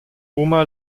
oma